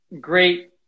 great